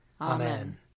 Amen